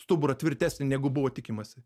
stuburą tvirtesnį negu buvo tikimasi